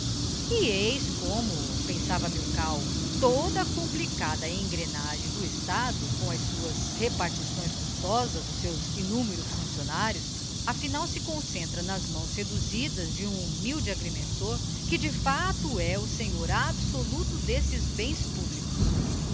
e eis como pensava milkau toda a complicada engrenagem do estado com as suas repartições custosas os seus innumeros funccionarios afinal se concentra nas mãos reduzidas de um humilde agrimensor que de íacto é o senhor absoluto d'esses bens públicos